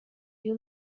you